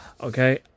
Okay